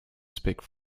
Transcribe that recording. speak